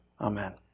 Amen